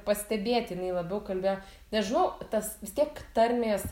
pastebėti jinai labiau kalbėjo nežinau tas vis tiek tarmės